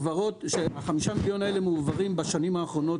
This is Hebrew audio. כשחמישה המיליון האלה מועברים בשנים האחרונות